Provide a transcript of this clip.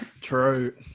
true